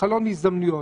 בחלון הזדמנויות.